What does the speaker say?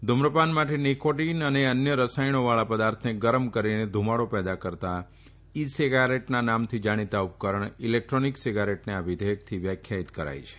ધ્રમ્રપાન માટે નિકોટીન અને અન્ય રસાયણોવાળા પદાર્થને ગરમ કરીને ધૂમાડો પેદા કરતા ઈ સીગારેટના નામથી જાણીતા ઉપકરણ ઇલેક્ટ્રોનિક સીગારેટને આ વિધેયકથી વ્યાખ્યાયીત કરાઈ છે